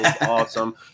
awesome